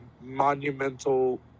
monumental